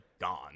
gone